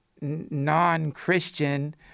non-Christian